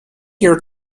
your